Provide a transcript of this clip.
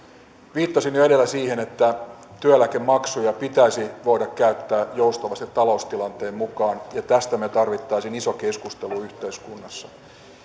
viittasin jo edellä siihen että työeläkemaksuja pitäisi voida käyttää joustavasti taloustilanteen mukaan ja tästä me tarvitsisimme ison keskustelun yhteiskunnassa